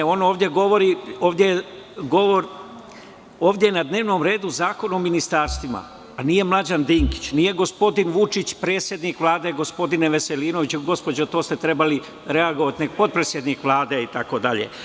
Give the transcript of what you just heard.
Ovde je na dnevnom redu Zakon o ministarstvima, a nije Mlađan Dinkić, nije gospodin Vučić predsednik Vlade, gospodine Veselinoviću, gospođo, to ste trebali reagovati, nego potpredsednik Vlade itd.